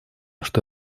что